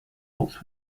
bolts